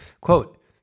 Quote